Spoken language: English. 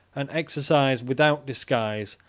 and exercised, without disguise,